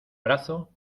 brazo